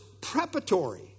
preparatory